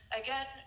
again